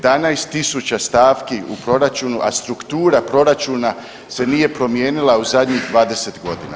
11.000 stavki u proračunu, a struktura proračuna se nije promijenila u zadnjih 20 godina.